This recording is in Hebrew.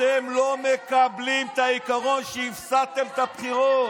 אתם לא מקבלים את העיקרון שהפסדתם בבחירות.